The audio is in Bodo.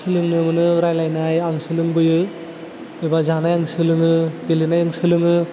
सोलोंनो मोनो रायलायनाय आं सोलोंबोयो एबा जानाय आं सोलोङो गेलेनाय आं सोलोङो